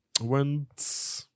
went